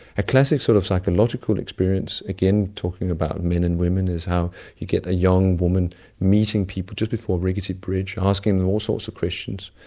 a classic sort of psychological experience, again talking about men and women, is how you get a young woman meeting people just before a rickety bridge, asking them all sorts of questions,